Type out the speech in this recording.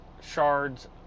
shards